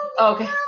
Okay